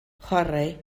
chwarae